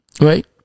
Right